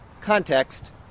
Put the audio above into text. context